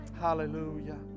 Hallelujah